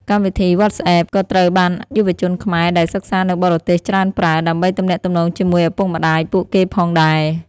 កម្មវិធី Whatsapp ក៏ត្រូវបានយុវជនខ្មែរដែលសិក្សានៅបរទេសច្រើនប្រើ ដើម្បីទំនាក់ទំនងជាមួយឪពុកម្ដាយពួកគេផងដែរ។